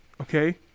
okay